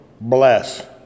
bless